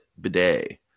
Bidet